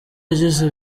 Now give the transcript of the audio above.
agize